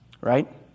right